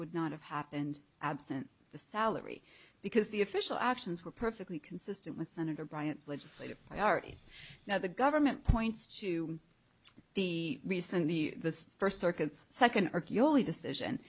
would not have happened absent the salary because the official actions were perfectly consistent with senator bryant's legislative priorities now the government points to the reason the the first circuits second arche only decision